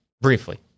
Briefly